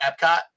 Epcot